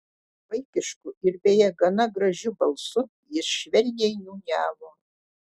vaikišku ir beje gana gražiu balsu jis švelniai niūniavo